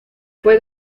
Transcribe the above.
fue